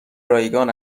رایگان